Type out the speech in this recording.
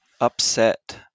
upset